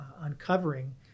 uncovering